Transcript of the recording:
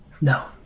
No